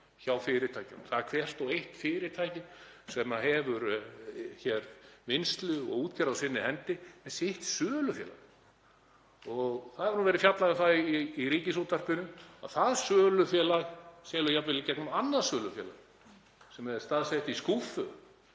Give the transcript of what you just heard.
hjá fyrirtækjunum. Það er hvert og eitt fyrirtæki sem hefur hér vinnslu og útgerð á sinni hendi með sitt sölufélag. Og það hefur verið fjallað um það í Ríkisútvarpinu að það sölufélag sé jafnvel í gegnum annað sölufélag sem er staðsett í skúffu